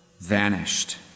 vanished